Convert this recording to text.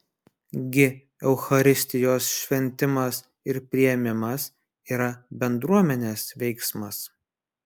gi eucharistijos šventimas ir priėmimas yra bendruomenės veiksmas